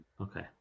okay